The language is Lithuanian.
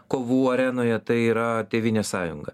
kovų arenoje tai yra tėvynės sąjunga